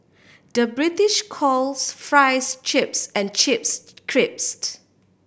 the British calls fries chips and chips crisps